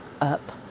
up